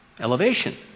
elevation